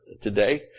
today